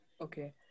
Okay